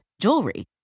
jewelry